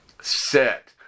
set